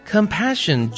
Compassion